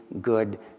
good